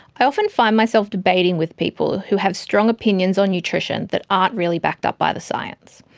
i often find myself debating with people who have strong opinions on nutrition that aren't really backed up by the science.